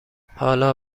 حالا